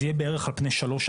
זה יהיה בערך על פני שלוש,